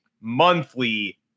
monthly